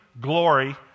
glory